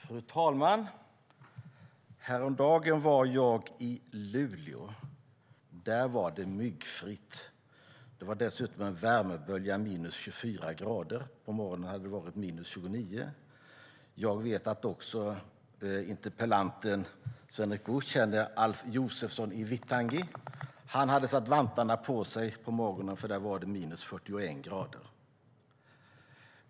Fru talman! Häromdagen var jag i Luleå. Där var det myggfritt. Dessutom var det värmebölja - minus 24 grader. På morgonen hade varit minus 29 grader. Jag vet att också interpellanten, Sven-Erik Bucht, känner Alf Josefsson i Vittangi. Han hade tagit på sig vantarna på morgonen, för där var det minus 41 grader.